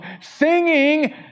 singing